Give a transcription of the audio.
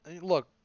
Look